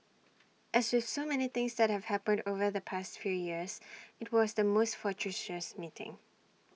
as with so many things that have happened over the past few years IT was the most fortuitous meeting